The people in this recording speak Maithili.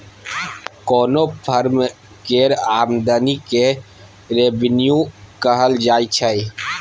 कोनो फर्म केर आमदनी केँ रेवेन्यू कहल जाइ छै